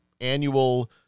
annual